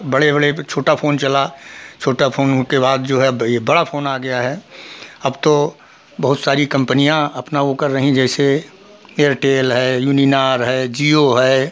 बड़े बड़े ब छोटा फोन चला छोटा फोन होने के बाद जो है ब यह बड़ा फोन आ गया है अब तो बहुत सारी कंपनियां अपना वह कर रही जैसे एयरटेल है यूनिनॉर है जिओ है